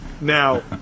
Now